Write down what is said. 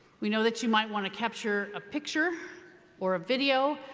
we know that you might want to capture a picture or a video,